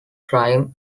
crime